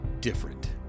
different